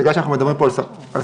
בגלל שאנחנו מדברים פה על סמכויות